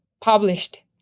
published